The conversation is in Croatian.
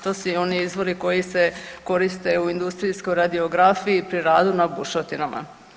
To su i oni izvori koji se koriste u industrijskoj radiografiji pri radu na bušotinama.